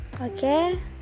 Okay